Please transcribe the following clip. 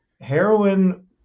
heroin